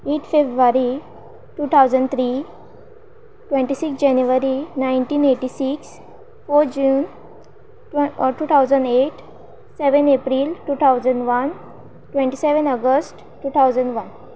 eight February two thousand three twenty six January nineteen eighty six four June two thousand eight seven April two thousand one twenty seven August two thousand one